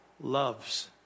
loves